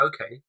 okay